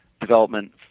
development